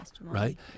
Right